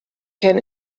can